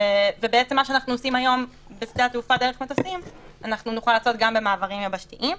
נעשה את מה שאנחנו עושים בשדות התעופה גם במעברים היבשתיים.